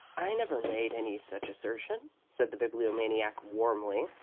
i never made any such assertion, said the bibliomaniac, warmly.